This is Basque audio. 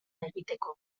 egiteko